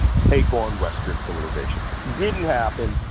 take on western civilization. didn't happen.